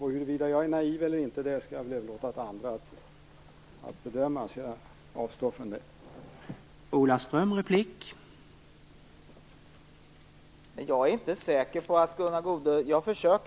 Huruvida jag är naiv eller inte skall jag överlåta åt andra att bedöma, så jag avstår från att kommentera det.